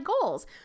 goals